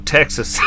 Texas